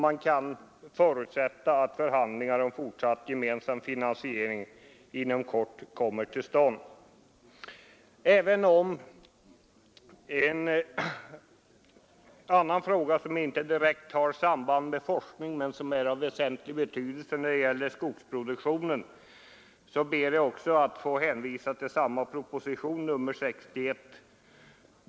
Man kan förutsätta att förhandlingar om fortsatt gemensam finansiering inom kort kommer till I en fråga som inte direkt har samband med forskning men ändå är av väsentlig betydelse när det gäller skogsproduktionen ber jag också att få hänvisa till proposition nr 61.